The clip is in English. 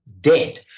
Dead